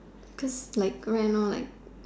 cause like grand one like